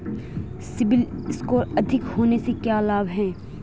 CIBIL score अधिक होने से क्या लाभ हैं?